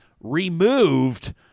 removed